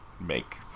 make